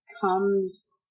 comes